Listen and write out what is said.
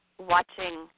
watching